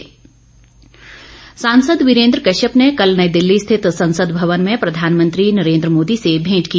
वीरेन्द्र कश्यप सांसद वीरेन्द्र कश्यप ने कल नई दिल्ली स्थित संसद भवन में प्रधानमंत्री नरेन्द्र मोदी से भेंट की